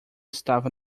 estava